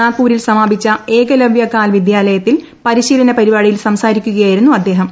നാഗ്പൂരിൽ സമാപിച്ച ഏകലവ്യകാൽ വിദ്യാലയത്തിൽ പരിശീലന പരിപാടിയിൽ പ്രസംസാരിക്കുകയായിരുന്നു അദ്ദേഹം